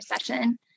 session